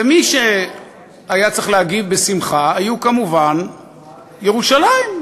ומי שהיה צריך להגיב בשמחה זה כמובן ירושלים,